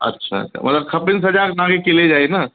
अच्छा अच्छा मतिलबु खपनि सॼा तव्हां खे किले जा ई न